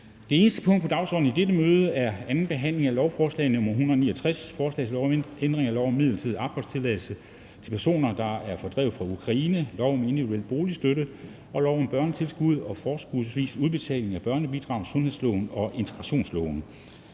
Det eneste punkt på dagsordenen er: 1) 2. behandling af lovforslag nr. L 169: Forslag til lov om ændring af lov om midlertidig opholdstilladelse til personer, der er fordrevet fra Ukraine, lov om individuel boligstøtte, lov om børnetilskud og forskudsvis udbetaling af børnebidrag og integrationsloven.